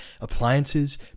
appliances